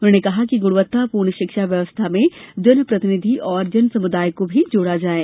उन्होंने कहा कि गुणवत्तापूर्ण शिक्षा व्यवस्था में जनप्रतिनिधि और जनसमुदाय को भी जोड़ा जाये